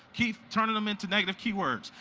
keep turning them into negative keywords,